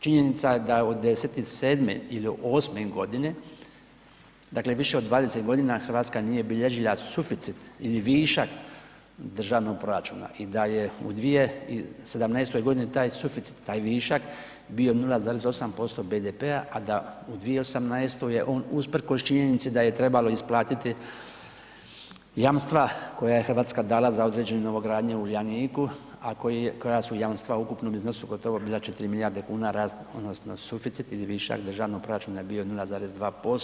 Činjenica je da od '97. ili 98. g. dakle više od 20 g. Hrvatska nije bilježila suficit ili višak državnog proračuna i da je u 2017. taj suficit, taj višak bio 0,8% BDP-a a da u 2018. je on usprkos činjenici da je trebalo isplatiti jamstva koja je Hrvatska dala za određenu novogradnju u Uljaniku a koja su jamstva u ukupnom iznosu gotovo bila 4 milijarde kuna rast odnosno suficit ili višak državnog proračuna je bio 0,2%